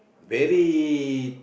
very